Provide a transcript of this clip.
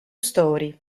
story